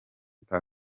tuff